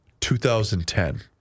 2010